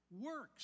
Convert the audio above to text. works